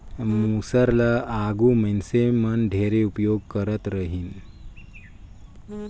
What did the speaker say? मूसर ल आघु मइनसे मन ढेरे उपियोग करत रहिन